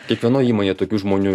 kiekvienoj įmonėj tokių žmonių